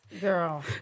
Girl